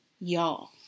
y'all